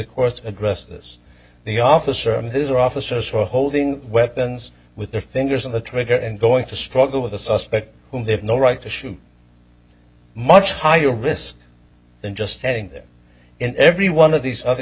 courts address this the officer and his officers were holding weapons with their fingers on the trigger and going to struggle with a suspect whom they have no right to shoot much higher risks than just standing there in every one of these other